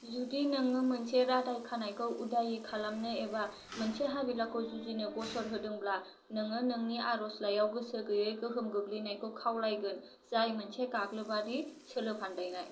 जुदि नोङो मोनसे रादाय खानायखौ उदायि खालामनो एबा मोनसे हाबिलाखौ जुजिनो गसर होदोंब्ला नोङो नोंनि आरज'लाइयाव गोसो गैयै गोहोम गोग्लैनायखौ खावलायगोन जाय मोनसे गाग्लोबारि सोलो फान्दायनाय